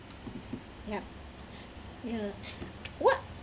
yup ya what